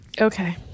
okay